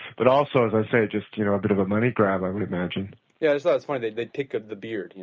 but also as i said just you know a bit of a money grab, i would imagine yeah, that's fine, they they pick up the beard,